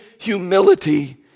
humility